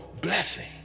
blessing